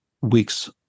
weeks